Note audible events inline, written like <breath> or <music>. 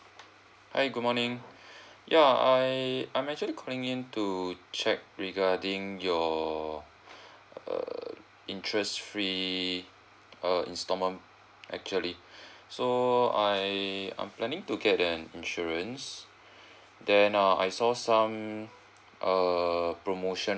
hi good morning <breath> ya I I'm actually calling in to check regarding your <breath> err interest free uh installment actually <breath> so I I'm planning to get an insurance then uh I saw some err promotion